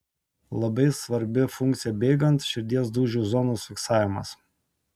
labai svarbi funkcija bėgant širdies dūžių zonos fiksavimas